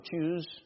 choose